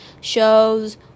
shows